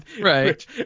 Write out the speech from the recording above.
Right